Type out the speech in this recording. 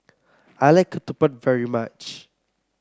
I like Ketupat very much